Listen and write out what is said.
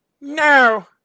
No